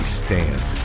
stand